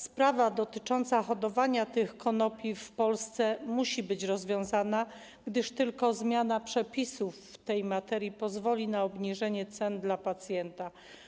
Sprawa dotycząca hodowania tych konopi w Polsce musi być rozwiązana, gdyż tylko zmiana przepisów w tej materii pozwoli na obniżenie cen dla pacjenta.